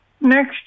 next